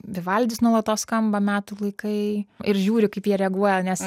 vivaldis nuolatos skamba metų laikai ir žiūriu kaip jie reaguoja nes